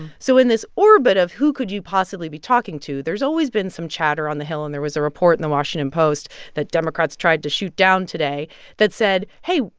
so in this orbit of who could you possibly be talking to, there's always been some chatter on the hill. and there was a report in the washington post that democrats tried to shoot down today that said, hey,